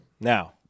Now